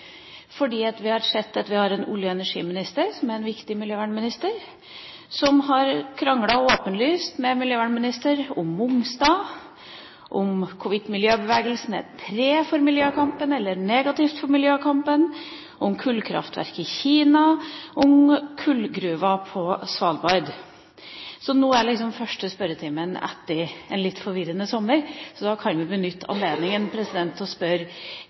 fordi vi har sett at vi har en olje- og energiminister – som er en viktig miljøvernminister – som har kranglet åpenlyst med miljøvernministeren om Mongstad, om hvorvidt miljøbevegelsen er et pre for miljøkampen eller negativt for miljøkampen, om kullkraftverk i Kina og om kullgruver på Svalbard. Nå er det den første spørretimen etter en litt forvirrende sommer, så da kan vi vel benytte anledningen til å spørre: